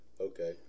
Okay